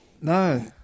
No